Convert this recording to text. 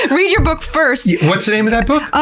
like read your book first! what's the name of that book?